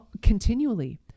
continually